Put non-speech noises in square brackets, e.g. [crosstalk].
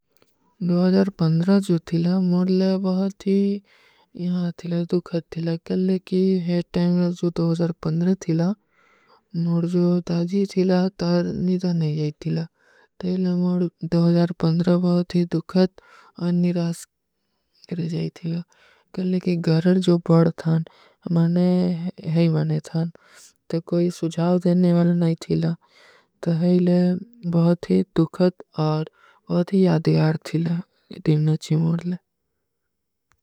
ଜୋ ଥିଲା, ମୌଡଲେ ବହୁତୀ ଯହା ଥିଲା, ଦୁଖତ ଥିଲା, କ୍ଯୋଂଲେ କୀ ହେଟ ଟୈମ ଜୋ ଥିଲା, ମୌଡଲେ ଜୋ ତାଜୀ ଥିଲା, ତାର ନିତା ନହୀଂ ଜାଈ ଥିଲା, ତୋ ହୀଲେ ମୌଡଲେ ବହୁତୀ ଦୁଖତ ଔର ନିରାସ କରେ ଜାଈ ଥିଲା, କ୍ଯୋଂଲେ କୀ ଗହର ଜୋ ବଡ ଥାନ, ମନେ ହୈ [hesitation] ମନେ ଥାନ, ତୋ କୋଈ ସୁଝାଵ ଦେନେ ଵାଲ ନହୀଂ ଥିଲା, ତୋ ହୀଲେ ବହୁତୀ ଦୁଖତ ଔର ବହୁତୀ ଯାଦିଯାର ଥିଲା, କି ଦିଵନାଚୀ ମୌଡଲେ।